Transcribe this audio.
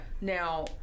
Now